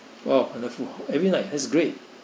!wow! wonderful I mean like that's great